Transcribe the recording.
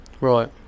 right